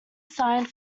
signed